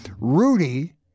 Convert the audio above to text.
Rudy